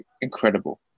incredible